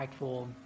impactful